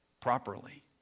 properly